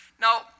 Now